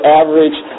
average